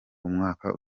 umwaka